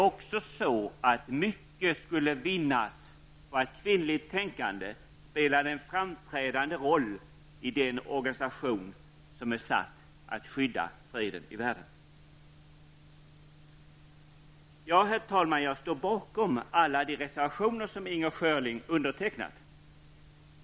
Mycket skulle också vinnas på att kvinnligt tänkande spelar den framträdande roll i den organisation som är satt att skydda freden i världen. Herr talman! Jag står bakom alla de reservationer som Inger Schörling undertecknat.